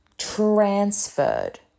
Transferred